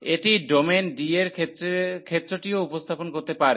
এটি domain D এর ক্ষেত্রটিও উপস্থাপন করতে পারে